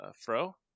Fro